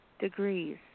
degrees